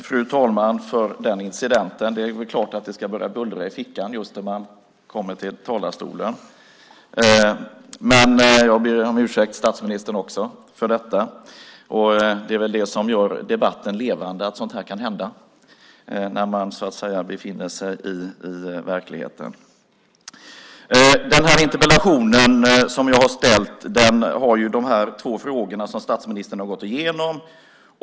Fru talman! Den interpellation som jag har ställt innehåller de två frågor som statsministern har gått igenom.